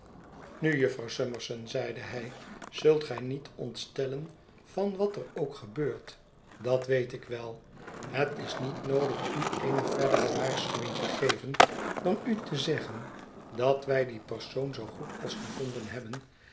nu jufvrouw summerson zeide hij zult gij niet ontstellen van wat er ook gebeurt dat weet ik wel het is niet noodig u eene verdere waarschuwing te geven dan u te zeggen dat wij die persoon zoo goed als gevonden hebben